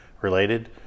related